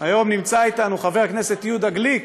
היום נמצא אתנו חבר הכנסת יהודה גליק,